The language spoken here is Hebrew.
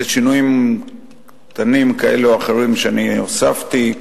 בשינויים קטנים כאלה ואחרים, שאני הוספתי,